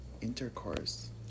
intercourse